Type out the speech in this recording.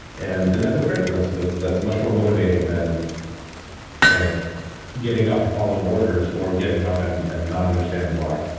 and and that feels great. and that's that's much more motivating than kind of getting up and following orders or getting up and and not understanding why.